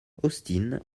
austin